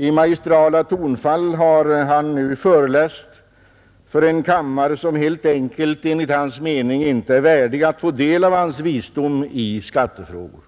I magistrala tonfall har herr Helén nu föreläst för en kammare, som enligt herr Heléns mening inte är värdig att få del av hans visdom i skattefrågor,